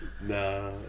Nah